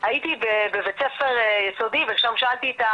הייתי שם עם פרופ' אלון